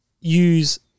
use